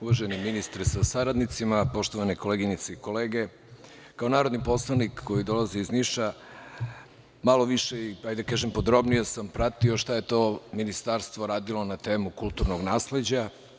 Uvaženi ministre sa saradnicima, poštovane koleginice i kolege, kao narodni poslanik koji dolazi iz Niša, malo više, hajde da kažem, podrobnije sam pratio šta je to Ministarstvo radilo na temu kulturnog nasleđa.